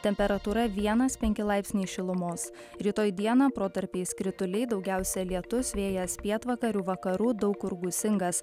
temperatūra vienas penki laipsniai šilumos rytoj dieną protarpiais krituliai daugiausia lietus vėjas pietvakarių vakarų daug kur gūsingas